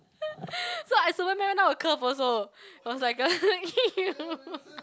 so I Superman now a curve also was like a